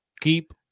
keep